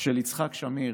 של יצחק שמיר.